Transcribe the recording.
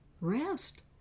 Rest